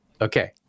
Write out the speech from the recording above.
okay